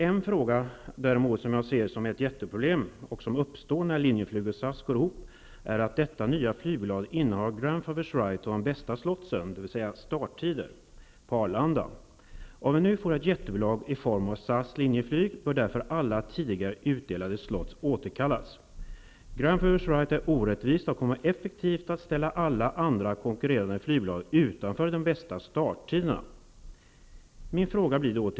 En fråga som jag däremot ser som ett jätteproblem och som uppstår när Linjeflyg och SAS går ihop är att detta nya flygbolag innehar ''grandfather's right'' och de bästa slotsen, dvs. start och landningstider, på Arlanda. Om vi nu får ett jättebolag i form av SAS/Linjeflyg bör därför alla tidigare utdelade slots återkallas. ''Grandfather's right'' är orättvist och kommer effektivt att ställa alla konkurrerande flygbolag utanför de bästa starttiderna.